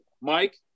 Mike